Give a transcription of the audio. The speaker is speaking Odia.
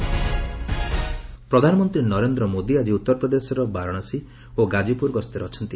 ପିଏମ୍ ବାରାଣସୀ ପ୍ରଧାନମନ୍ତ୍ରୀ ନରେନ୍ଦ୍ର ମୋଦି ଆଜି ଉତ୍ତରପ୍ରଦେଶର ବାରାଣସୀ ଓ ଗାଜିପୁର ଗସ୍ତରେ ଅଛନ୍ତି